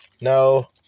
no